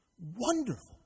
wonderful